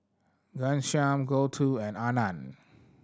Ghanshyam Gouthu and Anand